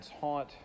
haunt